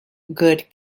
good